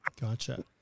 Gotcha